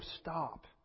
stop